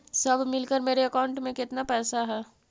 सब मिलकर मेरे अकाउंट में केतना पैसा है?